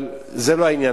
אבל זה לא העניין.